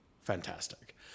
Fantastic